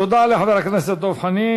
תודה לחבר הכנסת דב חנין.